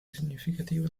significativo